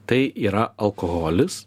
tai yra alkoholis